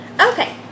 Okay